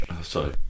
Sorry